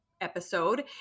episode